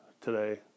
today